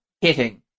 hitting